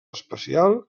especial